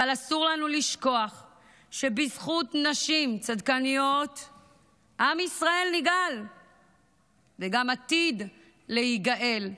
אבל אסור לנו לשכוח שבזכות נשים צדקניות עם ישראל נגאל וגם עתיד להיגאל.